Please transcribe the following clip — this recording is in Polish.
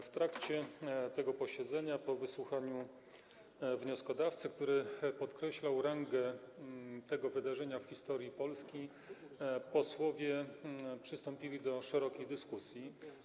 W trakcie tego posiedzenia po wysłuchaniu wnioskodawcy, który podkreślał rangę tego wydarzenia w historii Polski, posłowie przystąpili do szerokiej dyskusji.